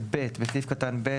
בסעיף קטן (ב),